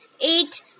Eight